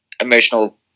emotional